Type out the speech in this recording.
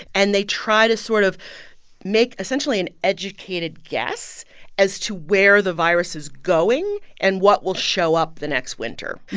and they try to sort of make, essentially, an educated guess as to where the virus is going and what will show up the next winter.